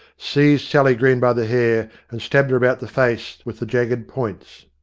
seized sally green by the hair and stabbed her about the face with the jagged points.